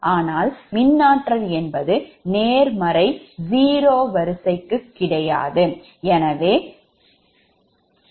ஆனால் மின்னாற்றல் என்பது எதிர்மறை zero வரிசைக்கு கிடையாது